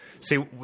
See